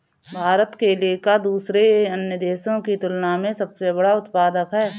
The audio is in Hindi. भारत केले का दूसरे अन्य देशों की तुलना में सबसे बड़ा उत्पादक है